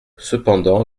cependant